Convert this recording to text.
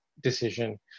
decision